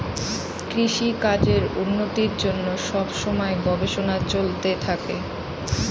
কৃষিকাজের উন্নতির জন্য সব সময় গবেষণা চলতে থাকে